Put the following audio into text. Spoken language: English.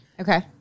Okay